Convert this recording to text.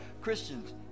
Christians